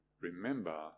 remember